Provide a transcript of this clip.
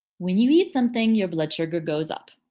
when you eat something, your blood sugar goes up,